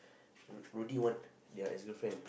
Rudy want their ex girlfriend